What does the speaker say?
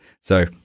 So-